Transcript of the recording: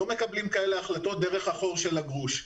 לא מקבלים כאלה החלטות דרך החור של הגרוש.